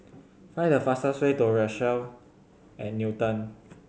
find the fastest way to Rochelle at Newton